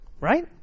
Right